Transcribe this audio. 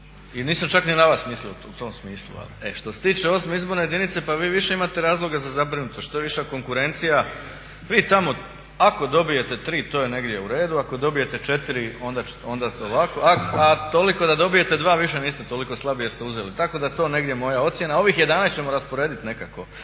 i nisam čak ni na vas mislio u tom smislu. Što se tiče 8. izborne jedinice pa vi više imate razloga za zabrinutost. Što je viša konkurencija, vi tamo ako dobijete 3 to je negdje u redu, ako dobijete 4 onda ste ovako, a toliko da dobijete 2 više niste toliko slabi jer ste uzeli, tako da je to negdje moja ocjena. Ovih 11 ćemo rasporedit nekako,